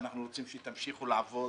ואנחנו רוצים שתמשיכו לעבוד,